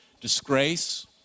disgrace